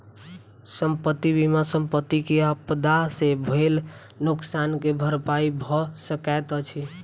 संपत्ति बीमा सॅ संपत्ति के आपदा से भेल नोकसान के भरपाई भअ सकैत अछि